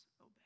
obey